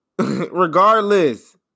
Regardless